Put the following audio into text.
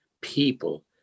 people